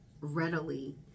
readily